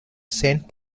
sent